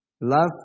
Love